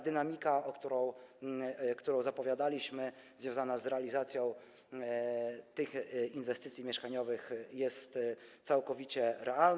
Dynamika, którą zapowiadaliśmy, związana z realizacją tych inwestycji mieszkaniowych jest całkowicie realna.